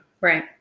Right